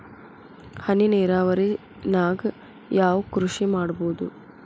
ಹನಿ ನೇರಾವರಿ ನಾಗ್ ಯಾವ್ ಕೃಷಿ ಮಾಡ್ಬೋದು?